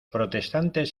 protestantes